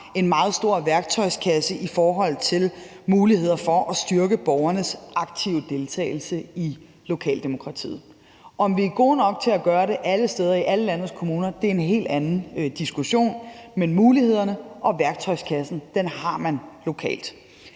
en meget stor værktøjskasse i forhold til muligheder for at styrke borgernes aktive deltagelse i lokaldemokratiet. Om vi er gode nok til at gøre det alle steder i alle landets kommuner, er en helt anden diskussion, men mulighederne og værktøjskassen har man lokalt.